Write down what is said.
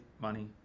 money